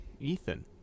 Ethan